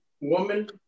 woman